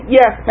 yes